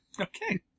Okay